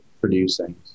producing